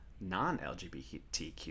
non-LGBTQ